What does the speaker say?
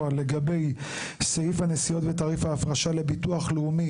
לגבי סעיף הנסיעות ותעריף ההפרשה לביטוח לאומי